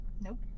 nope